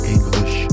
English